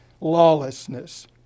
lawlessness